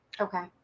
Okay